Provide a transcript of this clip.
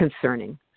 concerning